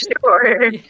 sure